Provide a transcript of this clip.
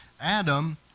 adam